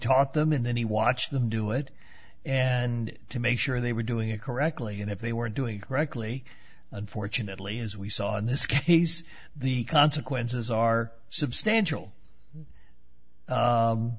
taught them and then he watched them do it and to make sure they were doing it correctly and if they were doing correctly unfortunately as we saw in this case the consequences are substantial